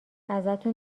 ازتون